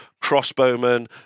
crossbowmen